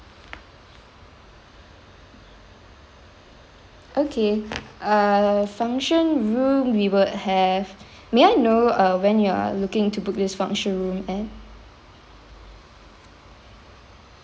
okay err function room we would have may I know uh when you are looking into book this function room at